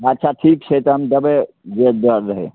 अच्छा ठीक छै तहन देबै जे दर रहै